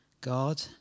God